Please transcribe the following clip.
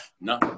No